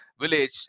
village